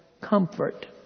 comfort